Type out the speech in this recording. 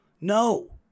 No